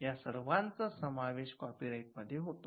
या सर्वांचा समावेश कॉपी राईट मध्ये होतो